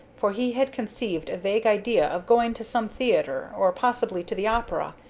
for he had conceived a vague idea of going to some theatre, or possibly to the opera.